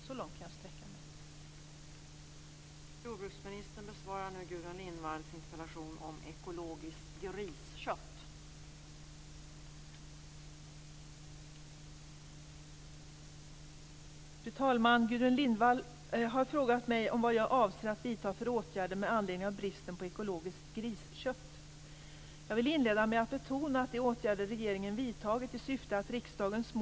Så långt kan jag sträcka mig.